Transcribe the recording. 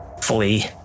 Flee